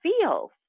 feels